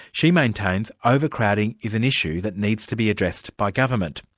she maintains overcrowding is an issue that needs to be addressed by government.